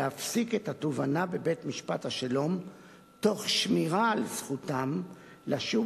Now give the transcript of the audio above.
להפסיק את התובענה בבית-משפט השלום תוך שמירה על זכותם לשוב